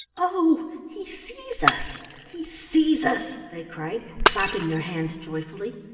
oh, he sees us! he sees us! they cried, clapping their hands joyfully.